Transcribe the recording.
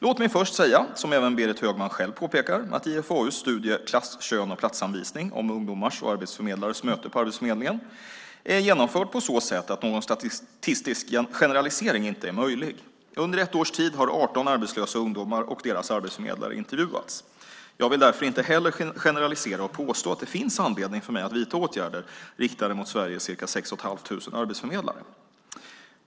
Låt mig först säga, som även Berit Högman själv påpekar, att IFAU:s studie Klass, kön och platsanvisning - Om ungdomars och arbetsförmedlares möte på arbetsförmedlingen är genomförd på så sätt att någon statistisk generalisering inte är möjlig. Under ett års tid har 18 arbetslösa ungdomar och deras arbetsförmedlare intervjuats. Jag vill därför inte heller generalisera och påstå att det finns anledning för mig att vidta åtgärder riktade mot Sveriges ca 6 500 arbetsförmedlare.